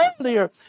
earlier